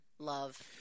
love